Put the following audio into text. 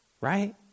Right